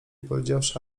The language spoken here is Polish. powiedziawszy